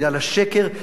בגלל השקר,